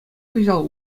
кӑҫал